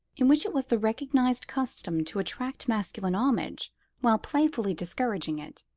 in which it was the recognised custom to attract masculine homage while playfully discouraging it.